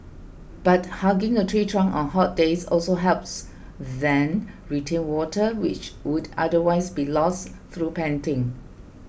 but hugging a tree trunk on hot days also helps then retain water which would otherwise be lost through panting